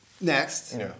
Next